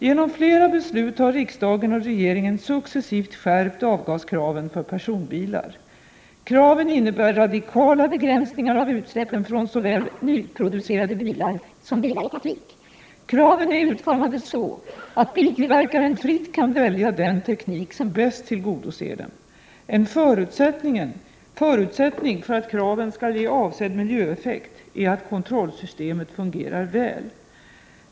Genom flera beslut har riksdagen och regeringen successivt skärpt avgaskraven för personbilar. Kraven innebär radikala begränsningar av utsläppen från såväl nyproducerade bilar som bilar i trafik. Kraven är utformade så att biltillverkaren fritt kan välja den teknik som bäst tillgodoser dem. En förutsättning för att kraven skall ge avsedd miljöeffekt är att kontrollsystemet fungerar väl.